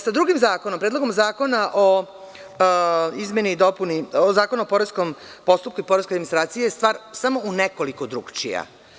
Sa drugim zakonom Predlogom zakona o izmeni i dopuni Zakona o poreskom postupku i poreskoj administraciji je stvar samo u nekoliko drugačija.